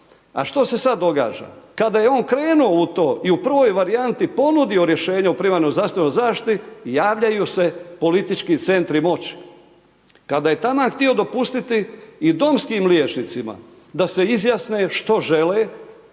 A što se sad događa? Kada je on krenuo u to i u prvoj varijanti ponudio rješenje o primarnoj zdravstvenoj zaštiti javljaju se politički centri moći. Kada je …/Govornik se ne razumije./…htio dopustiti i domskim liječnicima da se izjasne što žele,